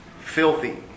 filthy